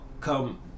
come